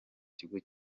kigo